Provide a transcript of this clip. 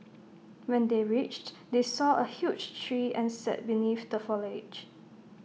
when they reached they saw A huge tree and sat beneath the foliage